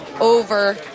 over